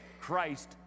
Christ